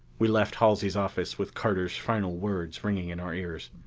we left halsey's office with carter's final words ringing in our ears.